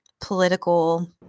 political